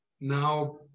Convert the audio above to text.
now